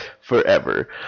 Forever